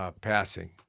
passing